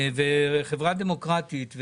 וחברה דמוקרטית,